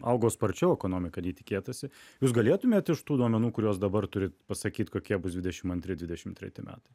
augo sparčiau ekonomika nei tikėtasi jūs galėtumėt iš tų duomenų kuriuos dabar turit pasakyt kokie bus dvidešim antri dvidešimt treti metai